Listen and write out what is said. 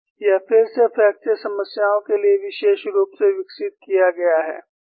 यह फिर से फ्रैक्चर समस्याओं के लिए विशेष रूप से विकसित किया गया है